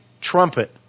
trumpet